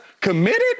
committed